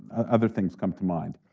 other things come to mind,